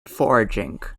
foraging